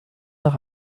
nach